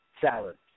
salad